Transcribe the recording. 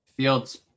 Fields